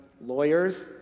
lawyers